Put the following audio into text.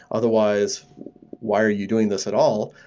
otherwise why are you doing this at all.